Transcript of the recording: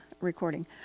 recording